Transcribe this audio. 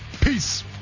Peace